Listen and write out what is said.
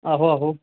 आहो आहो